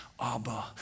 Abba